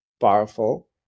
Powerful